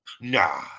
Nah